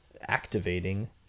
activating